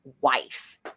wife